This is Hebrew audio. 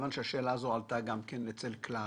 כיוון שהשאלה הזאת עלתה גם אצל "כלל"